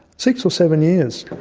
six or seven years.